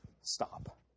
stop